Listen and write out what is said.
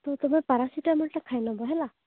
ତ ତୁମେ ପାରାସିଟାମଲଟା ଖାଇନେବ ହେଲା